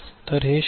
तर हे 0